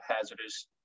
hazardous